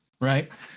right